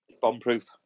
bomb-proof